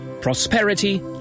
prosperity